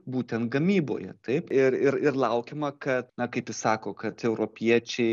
būtent gamyboje taip ir ir ir laukiama kad na kaip jis sako kad europiečiai